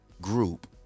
group